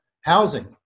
housing